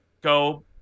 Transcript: go